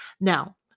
Now